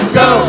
go